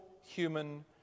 human